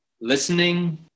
Listening